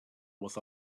with